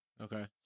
Okay